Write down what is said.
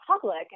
public